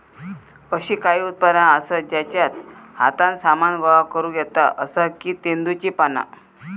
अशी काही उत्पादना आसत जेच्यात हातान सामान गोळा करुक येता जसा की तेंदुची पाना